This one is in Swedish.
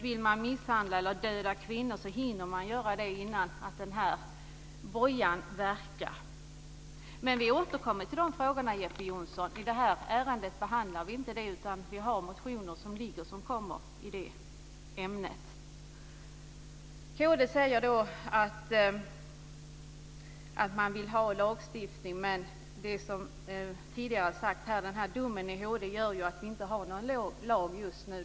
Om man vill misshandla eller döda kvinnor hinner man göra det innan den här bojan verkar. Men vi återkommer till dessa frågor, Jeppe Johnsson. I det här ärendet behandlar vi inte dem. Det finns motioner som vi kommer att behandla som rör det ämnet. Kd säger att man vill ha en lagstiftning. Men, som jag sade tidigare, den här domen i HD gör ju att vi inte har någon lag just nu.